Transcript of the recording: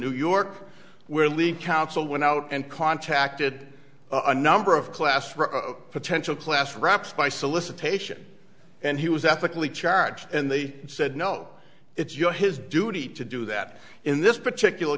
new york where lead counsel went out and contacted a number of class for a potential class wraps by solicitation and he was ethically charged and they said no it's your his duty to do that in this particular